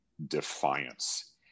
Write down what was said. defiance